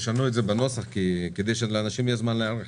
תשנו את זה בנוסח כדי שלאנשים יהיה זמן להיערך.